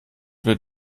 wird